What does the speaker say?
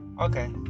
Okay